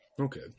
Okay